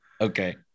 Okay